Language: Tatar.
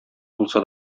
булса